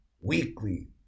weekly